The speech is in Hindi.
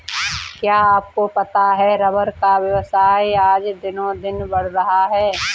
क्या आपको पता है रबर का व्यवसाय आज दिनोंदिन बढ़ रहा है?